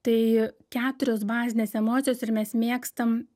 tai keturios bazinės emocijos ir mes mėgstam